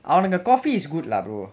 அவனுங்க:avunugga coffee is good lah brother